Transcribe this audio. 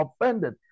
offended